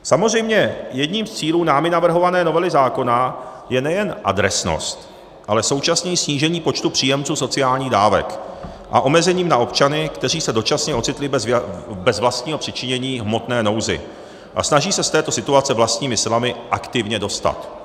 Samozřejmě jedním z cílů námi navrhované novely zákona je nejen adresnost, ale současně i snížení počtu příjemců sociálních dávek a omezení na občany, kteří se dočasně ocitli bez vlastního přičinění v hmotné nouzi a snaží se z této situace vlastními silami aktivně dostat.